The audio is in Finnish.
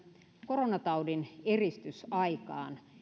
koronataudin eristysaikaan